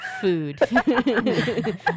food